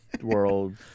world